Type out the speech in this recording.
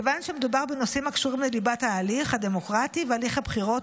כיוון שמדובר בנושאים הקשורים לליבת ההליך הדמוקרטי והליך הבחירות,